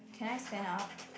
can I stand up